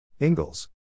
Ingalls